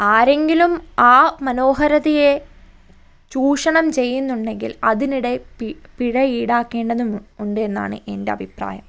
ആരെങ്കിലും ആ മനോഹരതയെ ചൂഷണം ചെയ്യുന്നുണ്ടെങ്കിൽ അതിനിടെ പിഴ ഈടാക്കേണ്ടതും ഉണ്ട് എന്നാണ് എൻ്റെ അഭിപ്രായം